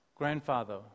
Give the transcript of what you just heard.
Grandfather